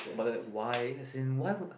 but like why as in why would